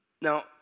Now